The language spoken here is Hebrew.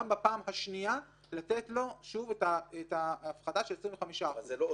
בפעם השנייה לתת לו שוב את ההפחתה של 25%. זה לא אוטומטי.